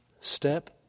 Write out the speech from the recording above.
Step